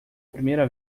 primeira